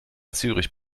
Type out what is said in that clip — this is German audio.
zürich